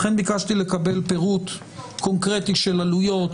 לכן ביקשתי לקבל פירוט קונקרטי של עלויות,